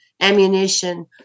ammunition